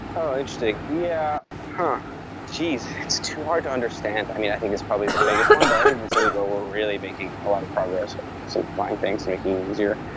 ah interesting. yeah and geez, it's too hard to understand. i mean, i think it's probably the biggest one, but i think it's something where we're really making a lot of progress so defining things, making it here.